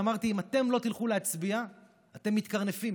ואמרתי: אם אתם לא תלכו להצביע אתם מתקרנפים,